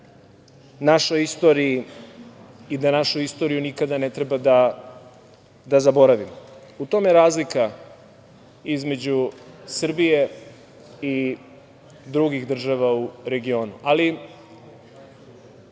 našoj istoriji i da našu istoriju nikada ne treba da zaboravimo. U tome je razlika između Srbije i drugih država u regionu. Nema